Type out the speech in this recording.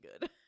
good